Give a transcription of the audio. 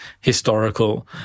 historical